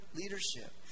leadership